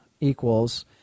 equals